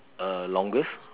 uh longest